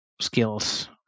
skills